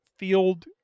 field